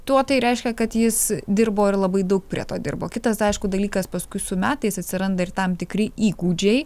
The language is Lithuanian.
tuo tai reiškia kad jis dirbo ir labai daug prie to dirbo kitas aišku dalykas paskui su metais atsiranda ir tam tikri įgūdžiai